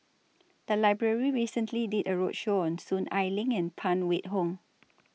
The Library recently did A roadshow on Soon Ai Ling and Phan Wait Hong